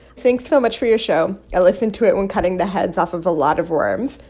thanks so much for your show. i listen to it when cutting the heads off of a lot of worms.